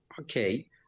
Okay